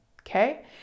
Okay